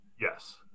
Yes